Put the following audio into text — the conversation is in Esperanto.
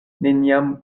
neniam